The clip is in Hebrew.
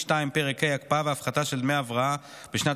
2. פרק ה' הקפאה והפחתה של דמי הבראה בשנת